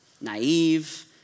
naive